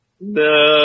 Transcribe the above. No